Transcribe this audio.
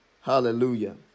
Hallelujah